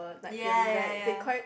ya ya ya